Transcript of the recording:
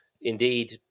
Indeed